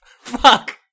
Fuck